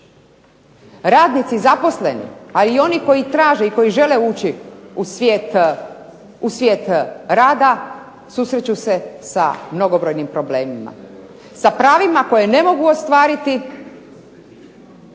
Radnici zaposleni a i oni koji traže i žele ući u svijet rada, susreću se sa mnogobrojnim problemima, sa pravima koje ne mogu ostvariti